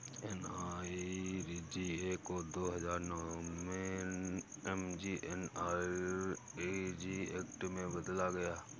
NREGA को दो हजार नौ में एम.जी.एन.आर.इ.जी एक्ट में बदला गया